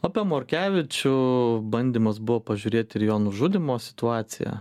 apie morkevičių bandymas buvo pažiūrėt ir jo nužudymo situaciją